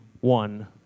one